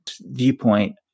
viewpoint